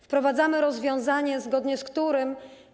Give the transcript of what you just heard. Wprowadzamy rozwiązanie, zgodnie z którym.